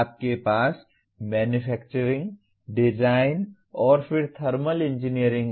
आपके पास manufacturing design और फिर थर्मल इंजीनियरिंग है